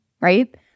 right